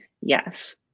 yes